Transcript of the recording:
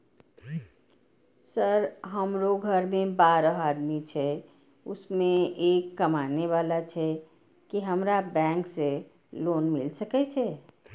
Sir हमरो घर में बारह आदमी छे उसमें एक कमाने वाला छे की हमरा बैंक से लोन मिल सके छे?